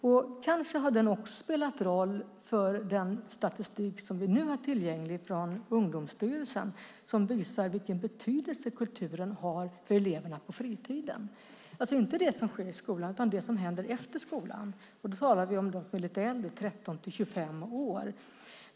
Den kanske har spelat roll för den statistik vi nu har tillgänglig från Ungdomsstyrelsen som visar vilken betydelse kulturen har för eleverna på fritiden - alltså inte det som händer i skolan, utan det som händer efter skolan. Vi talar då om de lite äldre, de som är mellan 13 och 25 år.